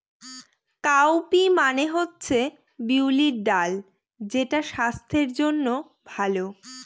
cowpea মানে হচ্ছে বিউলির ডাল যেটা স্বাস্থ্যের জন্য ভালো